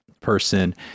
person